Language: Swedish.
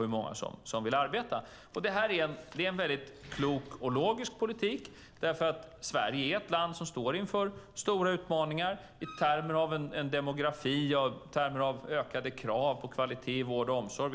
hur många som vill arbeta. Det är en väldigt klok och logisk politik. Sverige är ett land som står inför stora utmaningar i termer av demografi och ökade krav på kvalitet i vård och omsorg.